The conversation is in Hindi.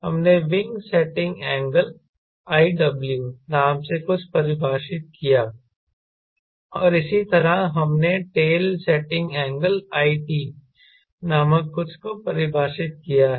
हमने विंग सेटिंग एंगल iw नाम से कुछ परिभाषित किया और इसी तरह हमने टेल सेटिंग एंगल it नामक कुछ को परिभाषित किया है